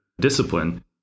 discipline